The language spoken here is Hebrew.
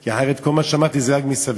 כי אחרת כל מה שאמרתי זה רק מסביב.